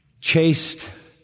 chased